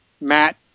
Matt